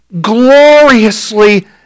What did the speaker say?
gloriously